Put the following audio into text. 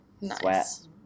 Nice